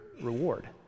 reward